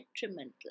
detrimental